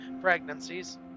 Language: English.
pregnancies